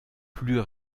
plus